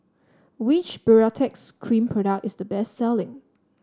which Baritex Cream product is the best selling